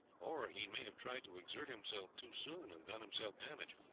or he may have tried to exert himself too soon and done himself damage.